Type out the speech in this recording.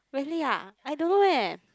really ah I don't know eh